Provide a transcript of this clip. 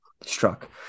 struck